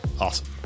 awesome